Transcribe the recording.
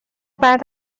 بعد